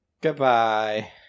Goodbye